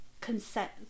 consent